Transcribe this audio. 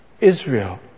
Israel